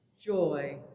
joy